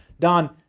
don,